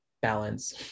Balance